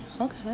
Okay